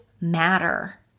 matter